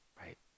right